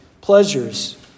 pleasures